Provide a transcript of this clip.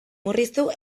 murriztu